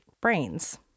brains